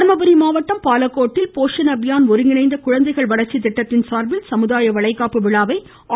தர்மபுரி மாவட்டம் பாலக்கோட்டில் போர்ஷன் அபியான் ஒருங்கிணைந்த குழந்தைகள் வளர்ச்சி திட்டத்தின் சார்பில் சமுதாய வளைகாப்பு விழாவை ஆட்சித்தலைவர் திருமதி